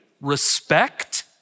respect